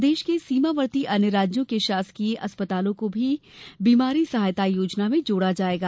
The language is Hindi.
प्रदेश के सीमावर्ती अन्य राज्यों के शासकीय चिकित्सालयों को भी बीमारी सहायता योजना में जोड़ा जायेगा